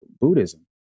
buddhism